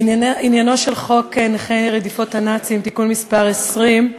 עניינו של חוק נכי רדיפות הנאצים (תיקון מס' 20)